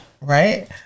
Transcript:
right